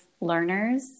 learners